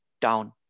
down